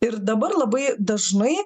ir dabar labai dažnai